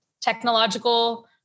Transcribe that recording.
technological